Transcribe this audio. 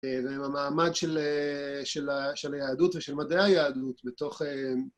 עם המעמד של היהדות ושל מדעי היהדות בתוך